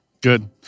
Good